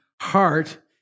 heart